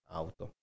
auto